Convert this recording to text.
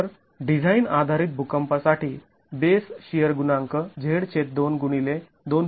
तर डिझाईन आधारित भुकंपासाठी बेस शिअर गुणांक Z2 गुणिले २